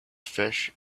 fish